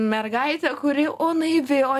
mergaitę kuri o naivi o